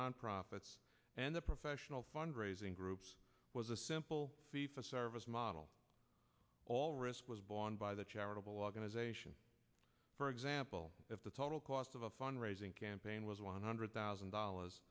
nonprofits and the professional fund raising groups was a simple fee for service model all risk was borne by the charitable organization for example if the total cost of a fund raising campaign was one hundred thousand dollars